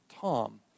Tom